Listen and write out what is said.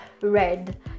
red